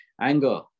Anger